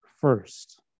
first